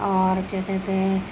اور کیا کہتے ہیں